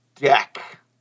deck